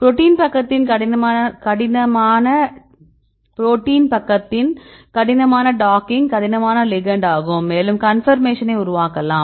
protein பக்கத்தின் கடினமான docking கடினமான லிகெண்ட் ஆகும் மேலும் கன்பர்மேஷன்னை உருவாக்கலாம்